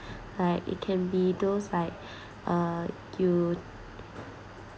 like it can be those like uh you